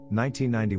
1991